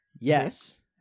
Yes